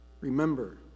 Remember